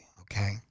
okay